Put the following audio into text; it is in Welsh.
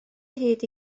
hyd